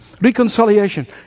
reconciliation